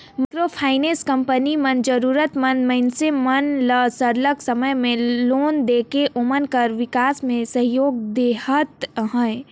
micro finance company मन जरूरत मंद मइनसे मन ल सरलग समे में लोन देके ओमन कर बिकास में सहयोग देहत अहे